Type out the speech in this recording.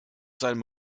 seinem